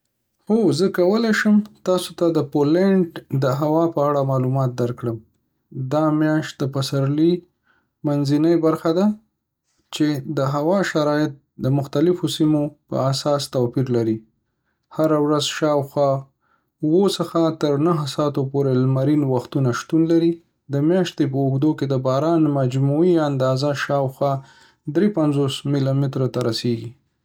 هو، زه کولی شم تاسو ته د پولنډ د هوا په اړه معلومات درکړم. دا میاشت د پسرلي منځنۍ برخه ده، چې د هوا شرایط یې د مختلفو سیمو په اساس توپیر لري. هره ورځ شاوخوا اوه څخه تر نهه ساعتونو پورې لمرین وختونه شتون لري. د میاشتې په اوږدو کې د باران مجموعي اندازه شاوخوا دری پنځوس ملی مترو ته رسیږي.